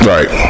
Right